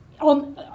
On